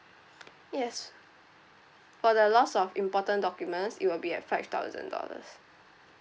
yes for the loss of important documents it will be at five thousand dollars